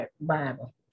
Bible